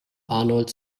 arnold